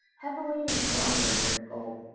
heavily embroidered with gold.